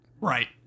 Right